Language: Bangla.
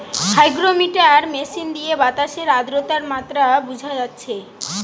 হাইগ্রমিটার মেশিন দিয়ে বাতাসের আদ্রতার মাত্রা বুঝা যাচ্ছে